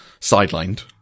sidelined